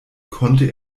konnte